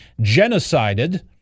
genocided